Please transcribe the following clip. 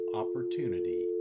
opportunity